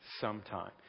sometime